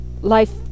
life